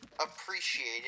appreciated